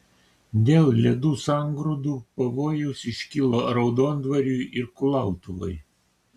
dėl ledų sangrūdų pavojus iškilo raudondvariui ir kulautuvai